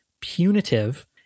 punitive